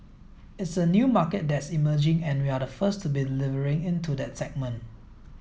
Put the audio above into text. it's a new market that's emerging and we're the first to be delivering into that segment